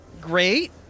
Great